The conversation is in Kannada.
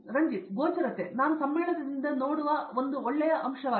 ರಣಜಿತ್ ಗೋಚರತೆ ನಾನು ಸಮ್ಮೇಳನದಿಂದ ನೋಡುತ್ತಿರುವ ಒಂದು ಒಳ್ಳೆಯ ಅಂಶವಾಗಿದೆ